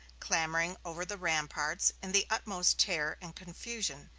clambering over the ramparts in the utmost terror and confusion.